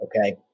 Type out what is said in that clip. Okay